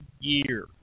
year